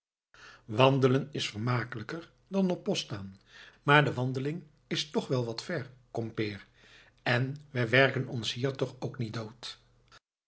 wandelen is vermakelijker dan op post staan maar de wandeling is toch wel wat ver kompeer en we werken ons hier toch ook niet dood